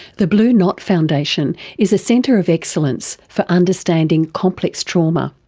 the blue knot foundation is a centre of excellence for understanding complex trauma.